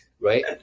Right